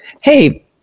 Hey